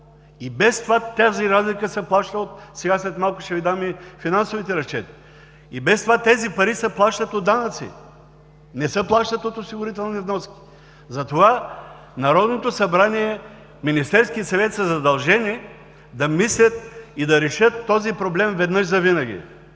И без това тази разлика – след малко ще Ви дам и финансовите разчети, и без това тези пари се плащат от данъци. Не се плащат от осигурителни вноски! Народното събрание и Министерският съвет са задължени да мислят и да решат този проблем веднъж завинаги,